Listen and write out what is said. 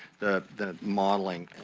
the the modeling.